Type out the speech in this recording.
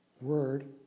word